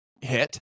hit